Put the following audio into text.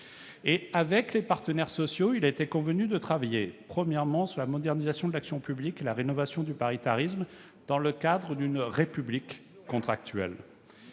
Avec les partenaires sociaux, il a été convenu de travailler : premièrement, sur la modernisation de l'action publique et la rénovation du paritarisme dans le cadre d'une République contractuelle